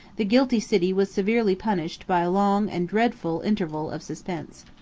the guilty city was severely punished by a long and dreadful interval of suspense.